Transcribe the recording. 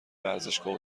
ورزشگاه